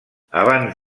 abans